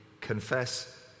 confess